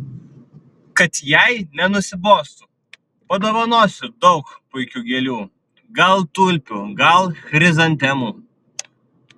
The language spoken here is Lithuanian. kad jai nenusibostų padovanosiu daug puikių gėlių gal tulpių gal chrizantemų